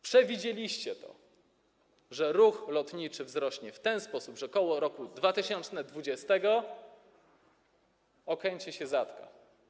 Przewidzieliście to, że ruch lotniczy wzrośnie w ten sposób, że ok. roku 2020 Okęcie się zatka.